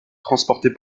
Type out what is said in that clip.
transportée